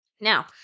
Now